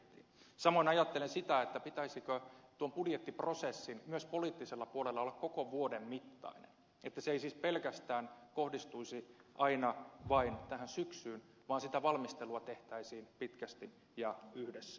samoin ajattelen sitä pitäisikö tuon budjettiprosessin myös poliittisella puolella olla koko vuoden mittainen että se ei siis pelkästään kohdistuisi aina vain tähän syksyyn vaan sitä valmistelua tehtäisiin pitkästi ja yhdessä